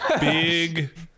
Big